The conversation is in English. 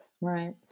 Right